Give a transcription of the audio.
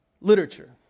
literature